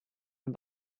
and